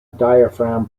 diaphragm